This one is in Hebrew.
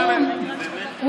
לא, תמשיכי.